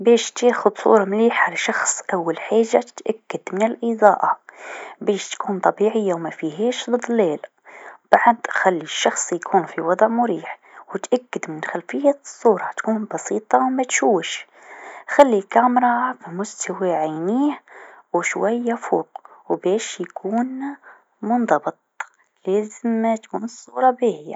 باش تاخذ صورة مليحه لشخص، أول حاجه تتأكد من الإضاء باش تكون طبيعيه و مافيهاش لظلال، بعد خلي الشخص يكون في وضع مريح و تأكد من خلفية الصورة تكون بسيطه و متشوش خلي الكامرا هكا مستوى عينيه و شويا فوق و باش يكون منضبط لازم تكون الصورة باهيه.